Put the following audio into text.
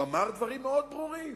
הוא אמר דברים מאוד ברורים.